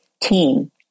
team